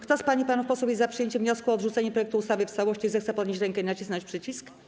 Kto z pań i panów posłów jest za przyjęciem wniosku o odrzucenie projektu ustawy w całości, zechce podnieść rękę i nacisnąć przycisk.